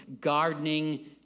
gardening